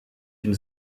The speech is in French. une